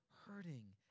hurting